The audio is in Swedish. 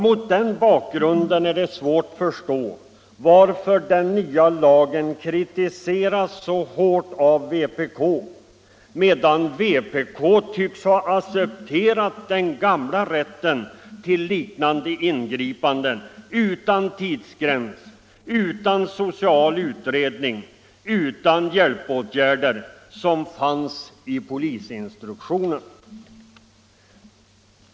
Mot den bakgrunden är det svårt att förstå varför den nya lagen kritiseras så hårt av vpk, medan vpk tycks ha accepterat den gamla rätten till liknande ingripanden, utan tidsgräns, utan social utredning, utan hjälpåtgärder som fanns i polisinstruktionen.